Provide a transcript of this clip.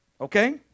Okay